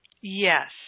Yes